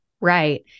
Right